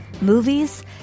movies